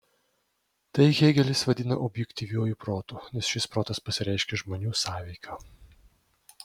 tai hėgelis vadina objektyviuoju protu nes šis protas pasireiškia žmonių sąveika